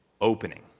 opening